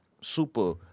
super